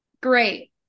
Great